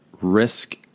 risk